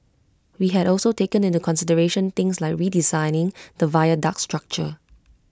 we had also taken into consideration things like redesigning the viaduct structure